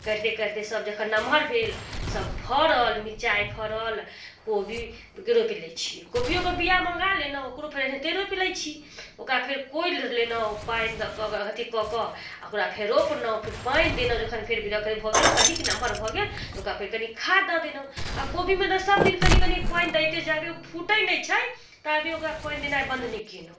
करिते करिते सब जखन नमहर भेल सब फड़ल मिरचाइ फड़ल कोबी रोपि लै छिए कोबिओके बिआ मँगा लेलहुँ ओकरो फेर एनहिते रोपि लै छी ओकरा फेर कोड़ि लेलहुँ पानि दऽ कऽ अथी कऽ कऽ ओकरा फेर रोपलहुँ फेर पानि देलहुँ जखन फेर भऽ गेल कनिक नमहर भऽ गेल तऽ ओकरा फेर कनि खाद दऽ देलहुँ आओर कोबीमे तऽ सबदिन कनि कनि पानि दैते जेबै फुटै नहि छै ताबे ओकरा पानि देनाइ बन्द नहि केलहुँ